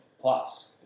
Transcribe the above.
plus